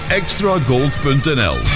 extragold.nl